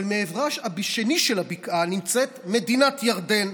אבל מעברה השני של הבקעה נמצאת מדינת ירדן,